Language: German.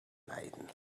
leiden